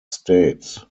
states